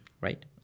right